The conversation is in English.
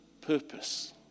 purpose